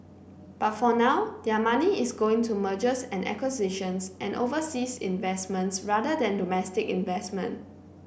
but for now their money is going to mergers and acquisitions and overseas investment rather than domestic investment